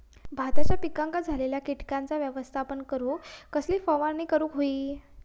भाताच्या पिकांक झालेल्या किटकांचा व्यवस्थापन करूक कसली फवारणी करूक होई?